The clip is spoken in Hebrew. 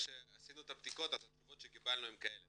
שעשינו את הבדיקות התשובות שקיבלנו הן כאלה,